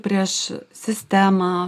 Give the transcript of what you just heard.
prieš sistemą